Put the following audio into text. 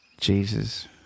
Jesus